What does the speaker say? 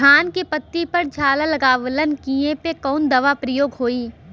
धान के पत्ती पर झाला लगववलन कियेपे कवन दवा प्रयोग होई?